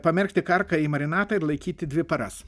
pamerkti kartą į marinatą ir laikyti dvi paras